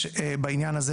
יש בעניין הזה,